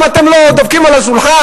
למה אתם לא דופקים על השולחן?